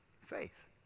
faith